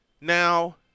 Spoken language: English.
Now